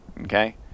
okay